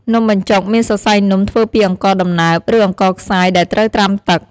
នំបញ្ចុកមានសរសៃនំធ្វើពីអង្ករដំណើប ឬអង្ករខ្សាយដែលត្រូវត្រាំទឹក។